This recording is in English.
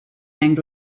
hanged